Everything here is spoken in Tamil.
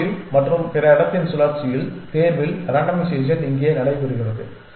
ருல் வீல் மற்றும் பிற இடத்தின் சுழற்சியில் தேர்வில் ரேண்டமைசேஷன் இங்கே நடைபெறுகிறது